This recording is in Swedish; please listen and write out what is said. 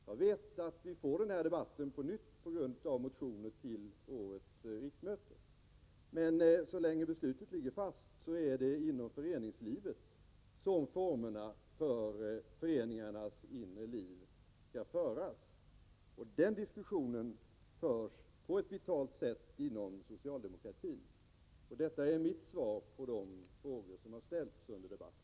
Jag vet att vi får den här debatten på nytt på grund av motioner till årets riksmöte, men så länge riksdagens beslut att inte lagstifta om ideella föreningar ligger fast, är det inom föreningslivet formerna för föreningarnas inre liv skall diskuteras. Den diskussionen förs på ett vitalt sätt inom socialdemokratin. Detta är mitt svar på de frågor som har ställts till mig under debatten.